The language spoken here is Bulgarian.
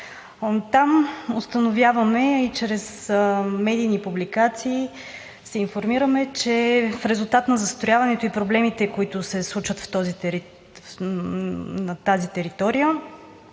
Там установяваме и чрез медийни публикации се информираме, че в резултат на застрояването и проблемите, които се случват на тази територия,